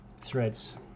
Threads